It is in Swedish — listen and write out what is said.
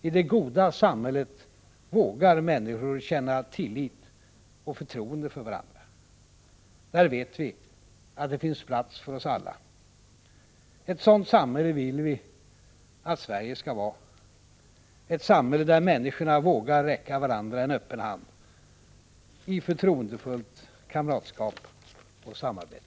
I det goda samhället vågar människor känna tillit till och förtroende för varandra. Där vet vi att det finns plats för oss alla. Ett sådant samhälle vill vi att Sverige skall vara — ett samhälle där människorna vågar räcka varandra en öppen hand, i förtroendefullt kamratskap och samarbete.